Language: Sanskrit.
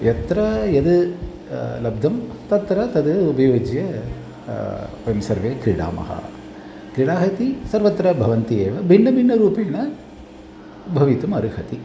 यत्र यद् लब्धं तत्र तद् उपयुज्य वयं सर्वे क्रीडामः क्रीडाः इति सर्वत्र भवन्ति एव भिन्न भिन्न रूपेण भवितुम् अर्हति